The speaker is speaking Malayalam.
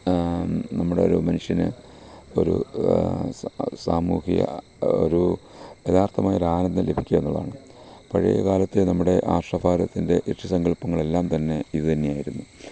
നമ്മുടെ ഒരു മനുഷ്യന് ഒരു സ ഒരു സാമൂഹ്യ ഒരു യഥാർത്ഥമായൊരു ആനന്ദം ലഭിക്കുക എന്നുള്ളതാണ് പഴയ കാലത്തേ നമ്മുടെ ആർഷഭാരതത്തിൻ്റെ ഋഷി സങ്കൽപ്പങ്ങൾ എല്ലാം തന്നെ ഇത് തന്നെയായിരുന്നു